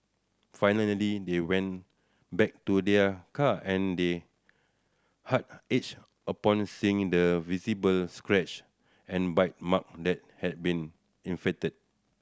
finally they went back to their car and they heart ached upon seeing the visible scratch and bite mark that had been inflicted